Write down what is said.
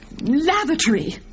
lavatory